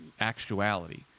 actuality